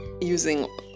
using